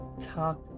talk